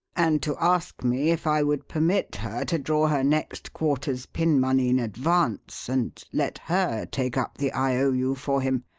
and to ask me if i would permit her to draw her next quarter's pin money in advance and let her take up the i. o. u. for him.